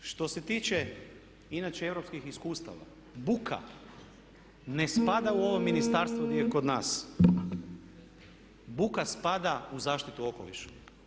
Što se tiče inače europskih iskustava buka ne spada u ovo ministarstvo gdje je kod nas, buka spada u zaštitu okoliša.